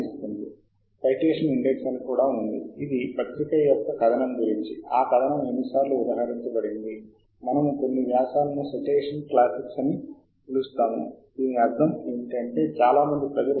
ఈ నిర్దిష్ట పోర్టల్ నడుస్తున్న మొత్తం వ్యవధిలో కూడా మీరు దీన్ని ఉపయోగించవచ్చు అందువల్ల చాలావరకు ఈ పోర్టల్లోని వినియోగదారుల ద్వారా ప్రచురించబడిన ప్రచురణలు ఏమిటో మీరు నిజంగా చూడగలరు